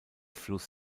fluss